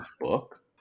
book